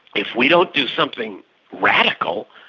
if we don't do something radical,